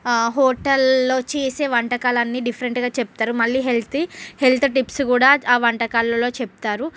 హోటల్లో చేసే వంటకాలన్నీ డిఫరెంట్గా చెప్తారు మళ్ళీ హెల్తీ హెల్త్ టిప్స్ కూడా ఆ వంటకాలలో చెప్తారు